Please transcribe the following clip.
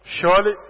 Surely